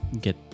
get